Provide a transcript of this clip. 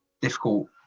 difficult